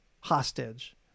hostage